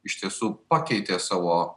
iš tiesų pakeitė savo